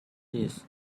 his